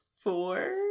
four